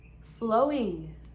flowing